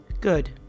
Good